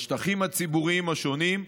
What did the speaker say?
בשטחים הציבוריים השונים.